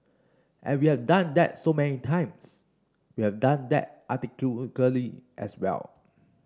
and we have done that so many times we have done that architecturally as well